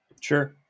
Sure